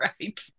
Right